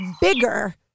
bigger